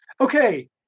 Okay